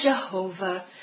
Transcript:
Jehovah